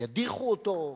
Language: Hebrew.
ידיחו אותו,